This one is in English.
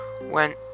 went